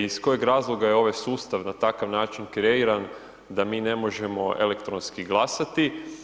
Iz kojeg razloga je ovaj sustav na takav način kreiran da mi ne možemo elektronski glasati?